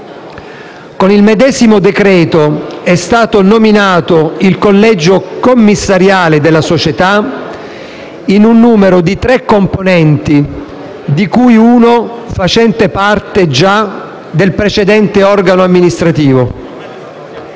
Con il medesimo decreto è stato nominato il collegio commissariale della società, in un numero di tre componenti, di cui uno già facente parte del precedente organo amministrativo.